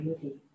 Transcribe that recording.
beauty